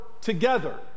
together